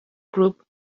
group